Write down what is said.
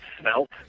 smelt